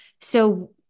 so-